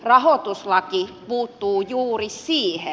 rahoituslaki puuttuu juuri siihen